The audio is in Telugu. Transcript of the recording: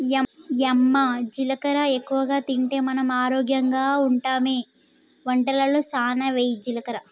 యమ్మ జీలకర్ర ఎక్కువగా తింటే మనం ఆరోగ్యంగా ఉంటామె వంటలలో సానా వెయ్యి జీలకర్ర